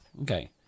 okay